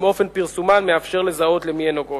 אם אופן פרסומן מאפשר לזהות למי הן נוגעות.